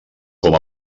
com